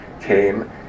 came